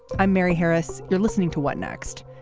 i'm mary harris. you're listening to what next.